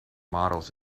models